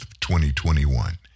2021